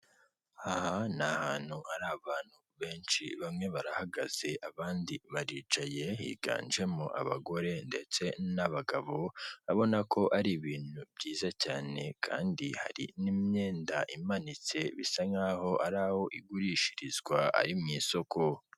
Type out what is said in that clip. Aha ni ahantu hari abantu benshi bamwe barahagaze abandi baricaye, higanjemo abagore ndetse n'abagabo; urabonako ari ibintu byiza cyane, kandi hari n'imyenda imanitse bisa nk'aho ari aho igurishirizwa, ari mu isoko.